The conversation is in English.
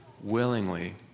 willingly